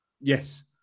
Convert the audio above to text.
Yes